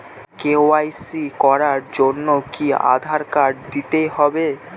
KYC করার জন্য কি আধার কার্ড দিতেই হবে?